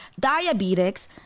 diabetics